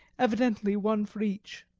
evidently one for each.